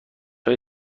های